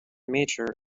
major